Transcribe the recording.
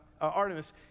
Artemis